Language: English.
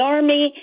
Army